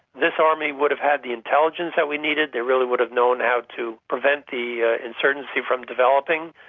this army would have had the intelligence that we needed they really would have known how to prevent the ah insurgency from developing.